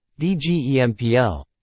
DGEMPL